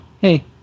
hey